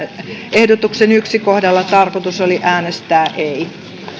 ehdotuksen ensimmäisellä kohdalla tarkoitukseni oli äänestää ei